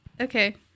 okay